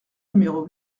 numéro